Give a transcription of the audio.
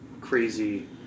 crazy